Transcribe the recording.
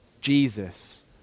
Jesus